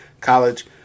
college